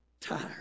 tired